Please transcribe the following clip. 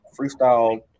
freestyle